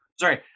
Sorry